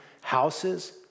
houses